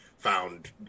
Found